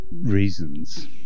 reasons